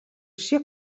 šie